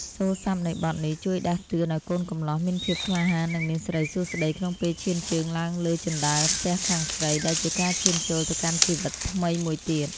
សូរស័ព្ទនៃបទនេះជួយដាស់តឿនឱ្យកូនកំលោះមានភាពក្លាហាន និងមានសិរីសួស្តីក្នុងពេលឈានជើងឡើងលើជណ្ដើរផ្ទះខាងស្រី ដែលជាការឈានចូលទៅកាន់ជីវិតថ្មីមួយទៀត។